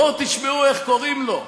בואו תשמעו איך קוראים לו,